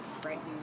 Frightened